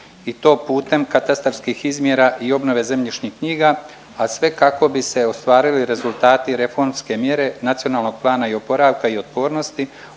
i to putem katastarskih izmjera i obnove zemljišnih knjiga, a sve kako bi se ostvarili rezultati reformske mjere Nacionalnog plana oporavka i otpornosti